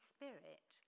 Spirit